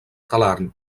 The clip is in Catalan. talarn